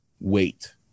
wait